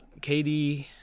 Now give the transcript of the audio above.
KD